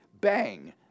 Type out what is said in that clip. Bang